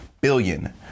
billion